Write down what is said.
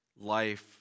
life